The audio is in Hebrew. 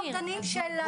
התקנות.